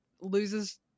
loses